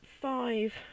five